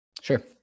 sure